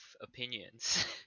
opinions